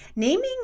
Naming